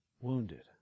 wounded